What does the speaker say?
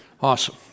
Awesome